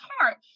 heart